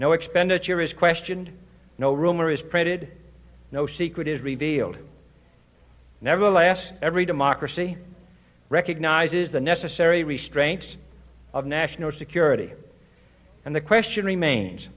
no expenditure is questioned no rumor is printed no secret is revealed never last every democracy recognizes the necessary restraints of national security and the question remains